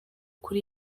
kuri